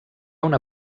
una